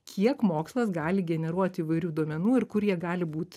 kiek mokslas gali generuot įvairių duomenų ir kur jie gali būt